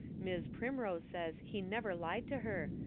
mis' primrose says he never lied to her,